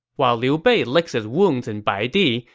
while liu bei licks his wounds in baidi,